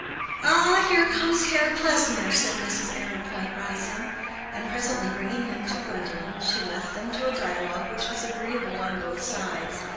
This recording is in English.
ah, here comes herr klesmer, said mrs. arrowpoint, rising and presently bringing him to gwendolen, she left them to a dialogue which was agreeable on both sides,